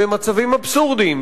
במצבים אבסורדיים,